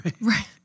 Right